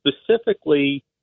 specifically